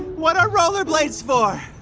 what are rollerblades for?